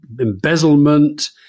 embezzlement